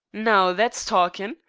now, that's talkin'.